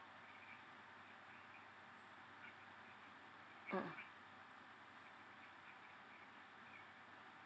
mmhmm